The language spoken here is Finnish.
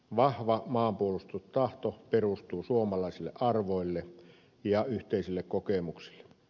vahva maanpuolustustahto perustuu suomalaisille arvoille ja yhteisille kokemuksille